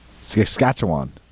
Saskatchewan